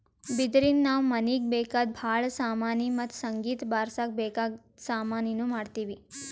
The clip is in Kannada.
ಬಿದಿರಿನ್ದ ನಾವ್ ಮನೀಗ್ ಬೇಕಾದ್ ಭಾಳ್ ಸಾಮಾನಿ ಮತ್ತ್ ಸಂಗೀತ್ ಬಾರ್ಸಕ್ ಬೇಕಾದ್ ಸಾಮಾನಿನೂ ಮಾಡ್ತೀವಿ